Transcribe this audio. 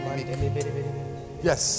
Yes